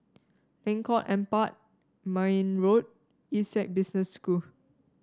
Lengkok Empat Mayne Road Essec Business School